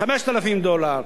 5,000 דולר,